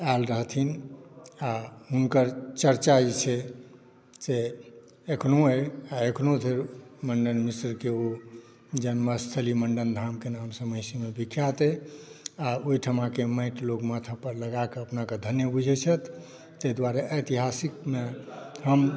आयल रहथिन आ हुनकर चरचा जे छै से अखनो अइ अखनो धरि मण्डन मिश्रके ओ जनमस्थली मण्डन धामके नामसॅं महिषीमे विख्यात अइ आ ओहिठामक माटि लोक माथा पर लगाके अपनाके धन्य बुझयै छथि तैं दुआरे एतिहासिकमे हम